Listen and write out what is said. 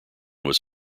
was